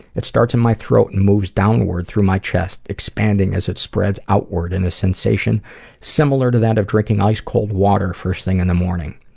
it starts in my throat and moves downward through my chest, expanding as it spreads outward in a sensation similar to that of drinking ice cold water first thing in the morning,